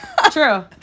True